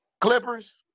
Clippers